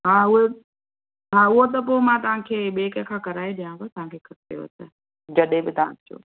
हा उहो हा उहो त पोइ मां तव्हांखे ॿिए कंहिं खां कराए ॾियांव तव्हांखे खपेव त जॾहिं बि तव्हां चओ